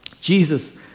Jesus